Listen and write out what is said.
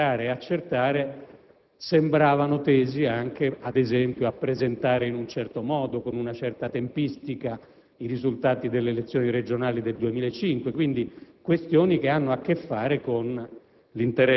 acclarare e accertare, sembravano tesi anche, ad esempio, a presentare in un certo modo, con una certa tempistica i risultati delle elezioni regionali del 2005: quindi, questioni che hanno a che fare con